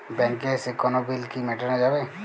ব্যাংকে এসে কোনো বিল কি মেটানো যাবে?